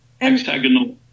hexagonal